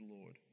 Lord